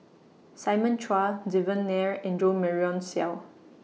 Simon Chua Devan Nair and Jo Marion Seow